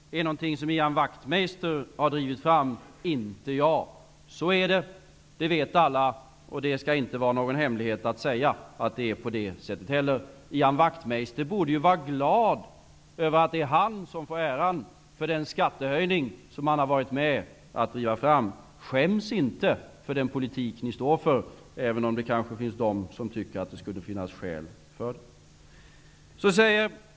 Det är någonting som Ian Wachtmeister har drivit fram, inte jag. Så är det. Det vet alla, och det skall heller inte vara någon hemlighet. Ian Wachtmeister borde vara glad över att det är han som får äran för den skattehöjning som han har varit med att driva fram. Skäms inte för den politik ni står för, även om det kanske finns de som tycker att det kan finnas skäl att göra det.